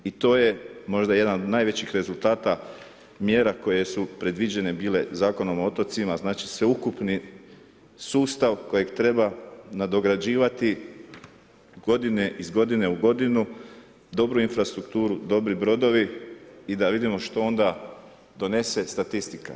i to je možda jedan od najvećih rezultata, mjera koje su predviđene bile Zakonom o otocima, znači sveukupni sustav kojeg treba nadograđivati iz godine u godinu, dobru infrastrukturu, dobri brodovi i da vidimo što onda donese statistika.